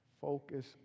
focus